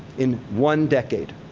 in one decade,